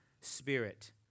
Spirit